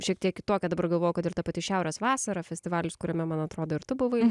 šiek tiek kitokia dabar galvoju kad ir ta pati šiaurės vasara festivalis kuriame man atrodo ir tu buvai